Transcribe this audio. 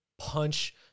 punch